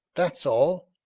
that's all.